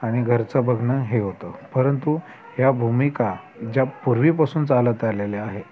आणि घरचं बघणं हे होतं परंतु ह्या भूमिका ज्या पूर्वीपासून चालत आलेल्या आहेत